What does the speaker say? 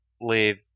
Leave